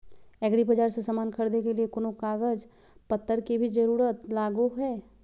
एग्रीबाजार से समान खरीदे के लिए कोनो कागज पतर के भी जरूरत लगो है?